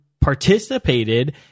participated